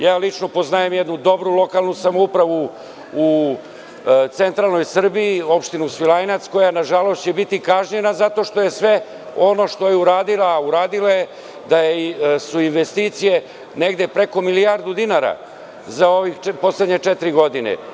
Ja lično poznajem jednu dobru lokalnu samoupravu u centralnoj Srbiji, opštini Svilajnac, koja će, nažalost, biti kažnjena zato što je sve ono što je uradila, a uradila je da su investicije negde preko milijardu dinara za ove poslednje četiri godine.